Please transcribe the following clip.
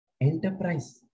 enterprise